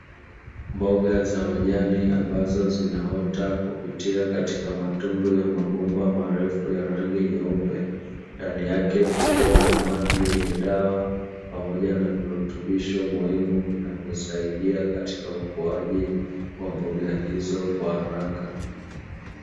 Mboga za majani ambazo zinaota kupitia katika matundu ya mabomba marefu ya rangi nyeupe, ndani yake kukiwa na maji yenye dawa pamoja na virutubisho muhimu vinavyosaidia katika ukuaji wa mboga hizo kwa haraka.